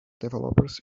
developers